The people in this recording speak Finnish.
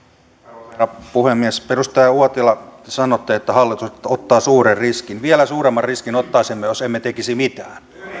arvoisa herra puhemies edustaja uotila te sanotte että hallitus ottaa suuren riskin vielä suuremman riskin ottaisimme jos emme tekisi mitään